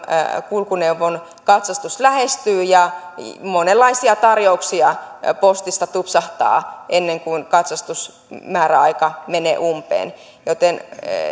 kulkuneuvon katsastus lähestyy ja monenlaisia tarjouksia postista tupsahtaa ennen kuin katsastusmääräaika menee umpeen joten